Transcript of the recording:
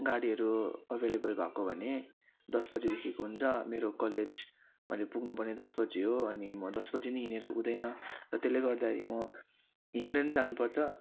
गाडीहरू अभाइलेबल भएको भने दस बजेदेखिको हुन्छ मेरो कलेज भने पुग्नु पर्ने दस बजी हो अनि म दस बजी नै हिँडेर हुँदैन र त्यसले गर्दाखेरि म हिँडेर जानु पर्छ